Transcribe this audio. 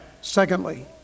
Secondly